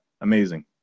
amazing